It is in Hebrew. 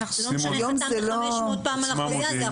זה לא משנה אם חתמת 500 פעם על החוזה הזה.